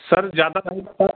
sir ज़्यादा नहीं बताए